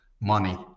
money